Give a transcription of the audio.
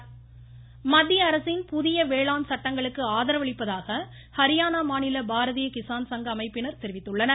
நரேந்திரசிங் தோமர் மத்திய அரசின் புதிய வேளாண் சட்டங்களுக்கு ஆதரவளிப்பதாக ஹரியானா மாநில பாரதீய கிசான் சங்க அமைப்பினர் தெரிவித்துள்ளனர்